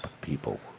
people